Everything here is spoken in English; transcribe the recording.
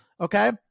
Okay